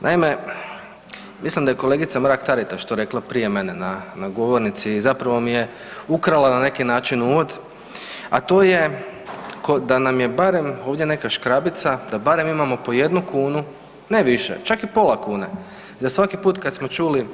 Naime, mislim da je kolegica Mrak-Taritaš to rekla prije mene na govornici i zapravo mi je ukrala na neki način uvod, a to je da nam je barem ovdje neka škrabica, da barem imamo po 1 kn, ne više, čak i pola kune, i da svaki put kad smo čuli